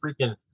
freaking